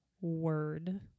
Word